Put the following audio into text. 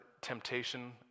temptation